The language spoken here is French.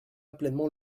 pleinement